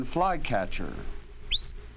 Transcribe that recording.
Flycatcher